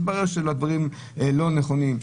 מתברר שהדברים לא נכונים.